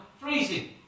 freezing